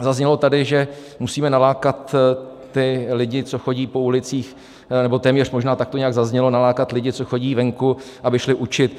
Zaznělo tady, že musíme nalákat lidi, co chodí po ulicích, nebo téměř tak nějak to zaznělo, nalákat lidi, co chodí venku, aby šli učit.